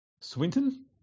Swinton